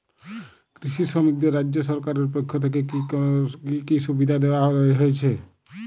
কৃষি শ্রমিকদের রাজ্য সরকারের পক্ষ থেকে কি কি সুবিধা দেওয়া হয়েছে?